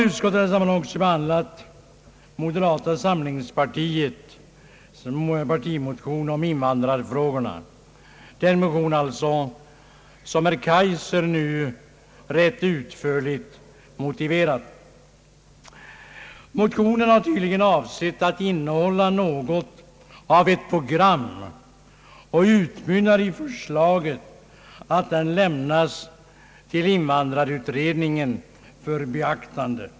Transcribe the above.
Utskottet har också behandlat moderata samlingspartiets partimotion om invandrarfrågorna, alltså den motion som herr Kaijser rätt utförligt motiverade. Motionen har tydligen avsetts innehålla något av ett program, och den utmynnar i förslaget att den lämnas till invandrarutredningen för beaktande.